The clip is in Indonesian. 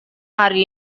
hari